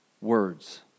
Words